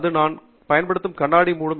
இது நான் பயன்படுத்தும் கண்ணாடியை மூடும்